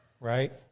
right